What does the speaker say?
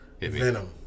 Venom